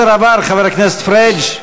המסר עבר, חבר הכנסת פריג'.